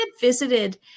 visited